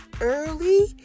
early